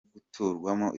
guturwamo